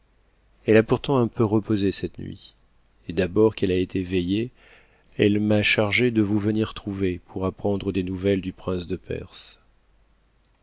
elle a pourtant un peu reposé cette nuit etd'abord qu'elle a été éveiuée elle m'a chargée de vous venir trouver pour apprendre des nouvelles du prince de perse